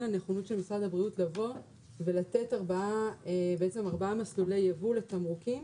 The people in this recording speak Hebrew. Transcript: לנכונות של משרד הבריאות לבוא ולתת ארבעה מסלולי ייבוא לתמרוקים,